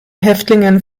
häftlingen